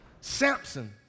Samson